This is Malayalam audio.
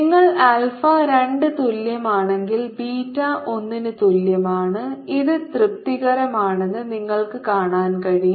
നിങ്ങൾ ആൽഫ 2 തുല്യമാണെങ്കിൽ ബീറ്റ ഒന്നിന് തുല്യമാണ് ഇത് തൃപ്തികരമാണെന്ന് നിങ്ങൾക്ക് കാണാൻ കഴിയും